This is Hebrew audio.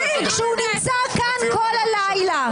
כשהוא נמצא כאן כל הלילה?